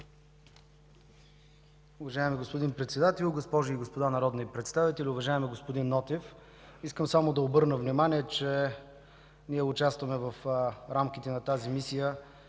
Уважаеми господин Председател, госпожи и господа народни представители! Уважаеми господин Нотев, искам да обърна внимание, че ние участваме в рамките на тази мисия